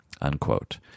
Unquote